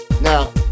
Now